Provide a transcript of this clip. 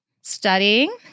studying